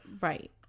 Right